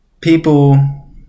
people